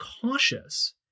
cautious